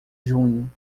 junho